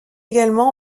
également